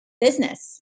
business